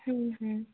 হুঁম হুঁম